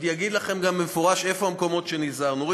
אני גם אגיד לכם במפורש איפה המקומות שנזהרנו.